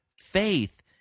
faith